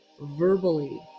verbally